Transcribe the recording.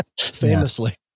Famously